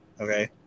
okay